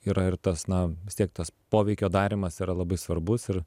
yra ir tas na vis tiek tas poveikio darymas yra labai svarbus ir